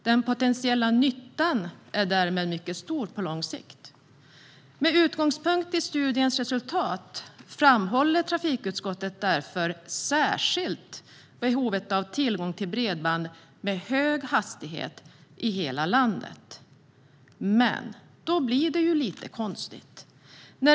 Den potentiella nyttan är därmed mycket stor på lång sikt. Med utgångspunkt i studiens resultat framhåller trafikutskottet därför särskilt behovet av tillgång till bredband med hög hastighet i hela landet. Men då blir det lite konstigt.